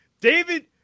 David